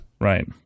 Right